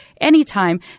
anytime